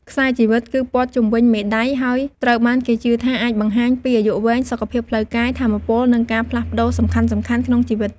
ខ្សែជីវិត គឺព័ទ្ធជុំវិញមេដៃហើយត្រូវបានគេជឿថាអាចបង្ហាញពីអាយុវែង សុខភាពផ្លូវកាយ ថាមពល និងការផ្លាស់ប្តូរសំខាន់ៗក្នុងជីវិត។